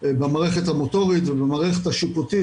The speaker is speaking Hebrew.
במערכת המוטורית ובמערכת השיפוטית,